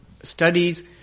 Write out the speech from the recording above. studies